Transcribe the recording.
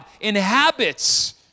inhabits